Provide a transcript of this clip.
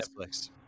Netflix